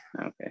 Okay